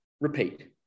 repeat